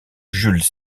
jules